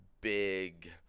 big